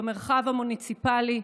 במרחב המוניציפלי,